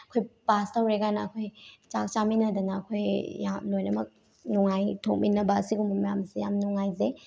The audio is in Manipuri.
ꯑꯩꯈꯣꯏ ꯄꯥꯁ ꯇꯧꯔꯦꯀꯥꯏꯅ ꯑꯩꯈꯣꯏ ꯆꯥꯛ ꯆꯥꯃꯤꯟꯅꯗꯅ ꯑꯩꯈꯣꯏ ꯌꯥꯝ ꯂꯣꯏꯅꯃꯛ ꯅꯨꯡꯉꯥꯏꯊꯣꯛꯃꯤꯟꯅꯕ ꯑꯁꯤꯒꯨꯝꯕ ꯃꯌꯥꯝꯁꯦ ꯌꯥꯝ ꯅꯨꯡꯉꯥꯏꯖꯩ